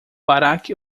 barack